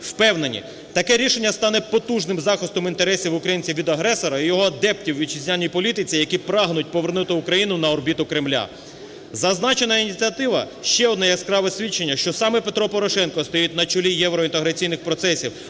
Впевнені, таке рішення стане потужним захистом інтересів українців від агресора, його адептів у вітчизняній політиці, які прагнуть повернути Україну на орбіту Кремля. Зазначена ініціатива – ще одне яскраве свідчення, що саме Петро Порошенко стоїть на чолі євроінтеграційних процесів,